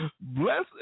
bless